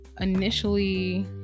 initially